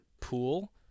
pool